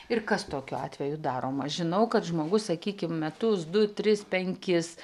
ir kas tokiu atveju daroma žinau kad žmogus sakykim metus du tris penkis